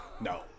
No